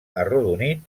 arrodonit